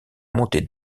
montée